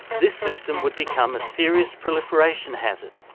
this system would become a serious proliferation hazard,